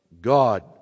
God